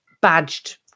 badged